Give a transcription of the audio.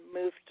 moved